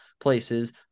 places